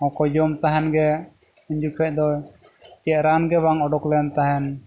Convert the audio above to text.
ᱦᱚᱸᱠᱚ ᱡᱚᱢ ᱛᱟᱦᱮᱱ ᱜᱮ ᱩᱱ ᱡᱚᱠᱷᱚᱱ ᱫᱚ ᱪᱮᱫ ᱨᱟᱱ ᱜᱮ ᱵᱟᱝ ᱚᱰᱚᱠ ᱞᱮᱱ ᱛᱟᱦᱮᱱ